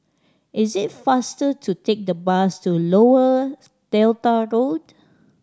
is it faster to take the bus to Lower Delta Gold